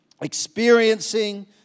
Experiencing